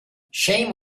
shame